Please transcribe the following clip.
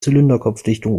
zylinderkopfdichtung